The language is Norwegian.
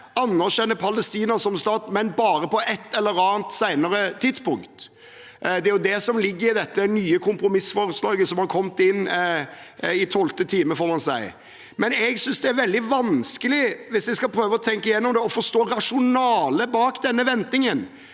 anerkjenne Palestina, men det er altså bare på et eller annet senere tidspunkt. Det er jo det som ligger i det nye kompromissforslaget som har kommet inn i tolvte time, må man si. Jeg synes det er veldig vanskelig, hvis jeg skal prøve å tenke igjennom det, å forstå rasjonalet bak denne ventingen.